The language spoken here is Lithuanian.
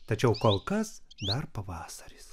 tačiau kol kas dar pavasaris